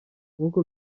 nkuko